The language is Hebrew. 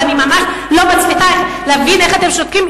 ואני ממש לא מצליחה להבין איך אתם שותקים,